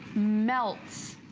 melts.